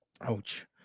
Ouch